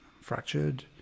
fractured